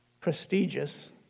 prestigious